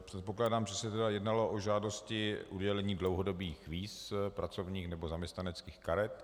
Předpokládám, že se tedy jednalo o žádosti udělení dlouhodobých víz, pracovních nebo zaměstnaneckých karet.